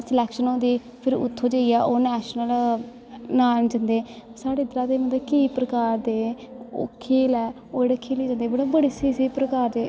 selection होंदी फिर उत्थूं जाईयै ओह् नैशनल जंदे साढ़े इध्दरा दे मतलव केंई प्रकार दे खेल ऐ ओह् खेले जंदे मतलव बड़े बड़े स्हेई प्रकार दे